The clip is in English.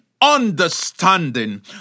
understanding